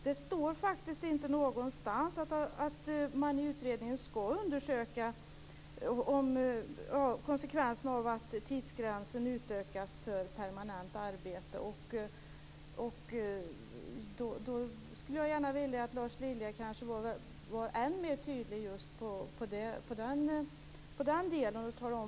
Det står faktiskt inte någonstans att man i utredningen skall undersöka konsekvenserna av att tidsgränsen utökas när det gäller permanent arbete. Jag skulle gärna vilja att Lars Lilja var än mer tydlig just när det gäller den delen.